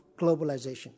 globalization